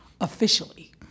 Officially